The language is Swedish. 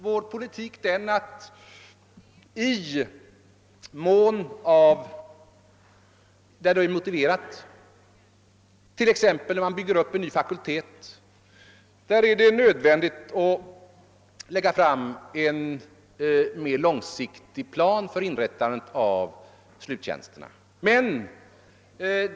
Vår politik är den att där det är motiverat, t.ex. när en ny fakultet byggs upp, skall vi lägga fram en mera långsiktig plan för inrättandet av sluttjänsterna.